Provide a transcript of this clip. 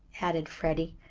added freddie.